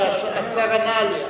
והשר ענה עליה